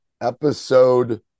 episode